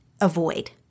avoid